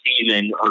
season